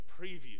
preview